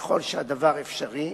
ככל שהדבר אפשרי,